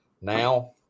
Now